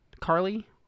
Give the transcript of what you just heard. carly